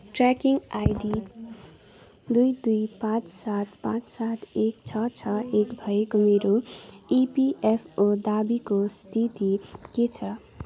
tracking ID दुई दुई पाँच सात पाँच सात एक छ छ एक भएको मेरो इपिएफओ दावीको स्थिति के छ